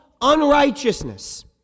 unrighteousness